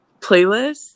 playlist